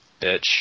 bitch